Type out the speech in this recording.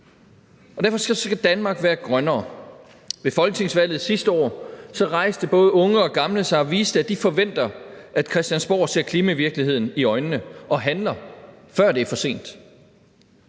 derfor skal Danmark være grønnere. Ved folketingsvalget sidste år rejste både unge og gamle sig og viste, at de forventer, at Christiansborg ser klimavirkeligheden i øjnene og handler, før det er for sent.